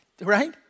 right